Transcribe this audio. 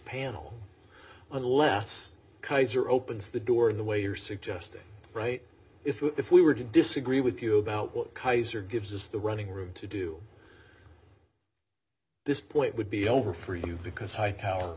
panel unless kaiser opens the door the way you're suggesting right if if we were to disagree with you about what kaiser gives us the running route to do this point would be over for you because hightower